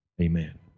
amen